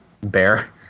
bear